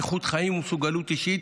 איכות חיים ומסוגלות אישית,